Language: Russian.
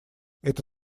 это